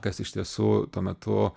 kas iš tiesų tuo metu